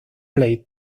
plate